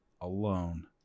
alone